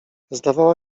zdawała